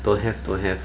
don't have don't have